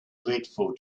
dreadful